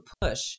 push